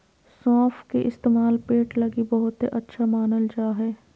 सौंफ के इस्तेमाल पेट लगी बहुते अच्छा मानल जा हय